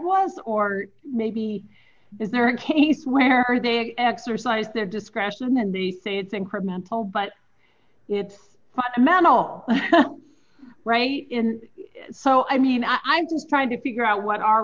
was or maybe is there a case where are they exercise their discretion and they say it's incremental but it's the men all right in so i mean i'm trying to figure out what our